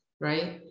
right